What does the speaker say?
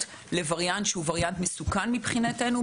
לווריאנט שהוא וריאנט מסוכן מבחינתנו,